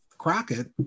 Crockett